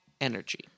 energy